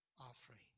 offering